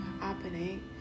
happening